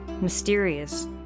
mysterious